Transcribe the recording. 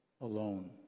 alone